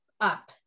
up